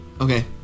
Okay